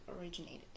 originated